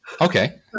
Okay